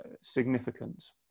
significant